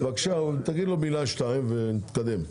תגיד לו מילה או שתיים ונתקדם.